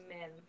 men